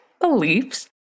beliefs